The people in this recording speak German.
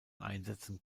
einsetzen